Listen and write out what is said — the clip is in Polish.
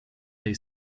tej